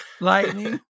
lightning